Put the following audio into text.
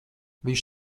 viņš